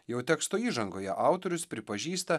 jau teksto įžangoje autorius pripažįsta